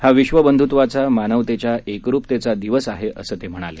हा विश्व बंधुत्वाचा मानवतेच्या एकरुपतेचा दिवस आहे असं ते म्हणाले